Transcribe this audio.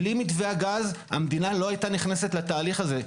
בלי מתווה הגז המדינה לא היתה נכנסת לתהליך הזה.